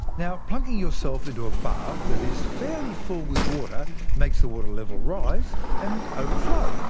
now, plunking yourself into a bath that is fairly full with water makes the water level rise and overflow.